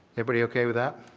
everybody okay with that?